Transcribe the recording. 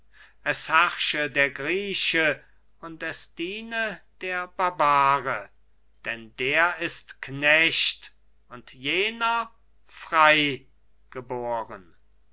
es herrsche der grieche und es diene der barbare denn der ist knecht und jener frei